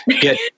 get